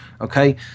Okay